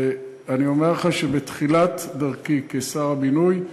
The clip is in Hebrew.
אני אומר לך שבתחילת דרכי כשר הבינוי,